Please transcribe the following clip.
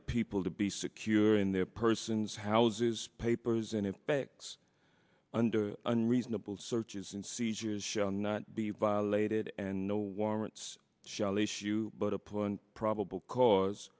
the people to be secure in their persons houses papers and effects under unreasonable searches and seizures shall not be violated and no warrants shall issue but upon probable cause